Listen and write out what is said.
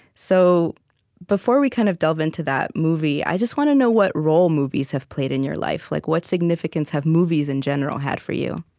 so before we kind of delve into that movie, i just want to know what role movies have played in your life. like what significance have movies, in general, had for you?